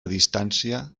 distància